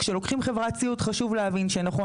כשלוקחים חברת סיעוד חשוב להבין שנכון,